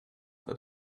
that